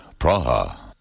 Praha